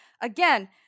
Again